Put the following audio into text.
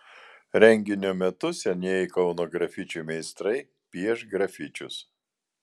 renginio metu senieji kauno grafičių meistrai pieš grafičius